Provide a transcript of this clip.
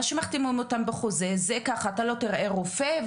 מה שמחתימים אותם בחוזה זה ככה: אתה לא תראה רופא,